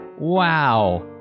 Wow